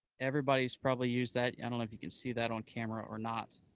everybody's probably used that. i don't know if you can see that on camera or not.